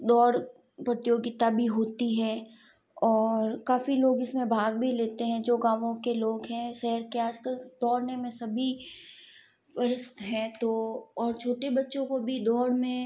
दौड़ प्रतियोगिता भी होती है और काफ़ी लोग इसमें भाग भी लेते हैं जो गावों के लोग हैं शहर के आसपास दौड़ने में सभी व्यस्त हैं तो और छोटे बच्चों को भी दौड़ में